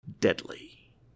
deadly